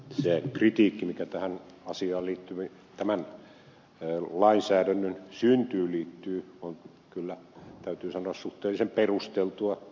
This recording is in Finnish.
se kritiikki mikä tähän asiaan liittyy tämän lainsäädännön syntyyn on kyllä täytyy sanoa suhteellisen perusteltua